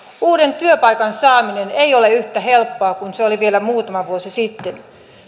uuden työpaikan saaminen ei ole yhtä helppoa kuin se oli vielä muutama vuosi sitten